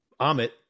Amit